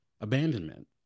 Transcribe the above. abandonment